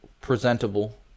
presentable